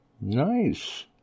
Nice